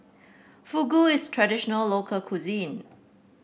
fugu is traditional local cuisine